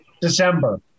December